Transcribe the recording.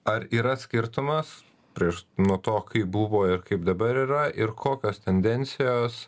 ar yra skirtumas prieš nuo to kai buvo ir kaip dabar yra ir kokios tendencijos